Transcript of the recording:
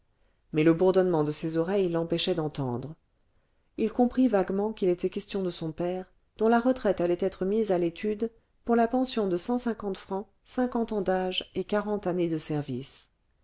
mais le bourdonnement de ses oreilles l'empêchait d'entendre il comprit vaguement qu'il était question de son père dont la retraite allait être mise à l'étude pour la pension de cent cinquante francs cinquante ans d'âge et quarante années de service